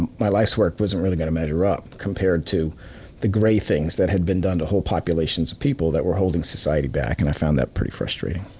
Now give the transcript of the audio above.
and my life's work wasn't really going to measure up compared to the gray things that had been to whole populations of people that were holding society back and i found that pretty frustrating.